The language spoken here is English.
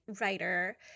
writer